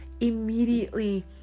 immediately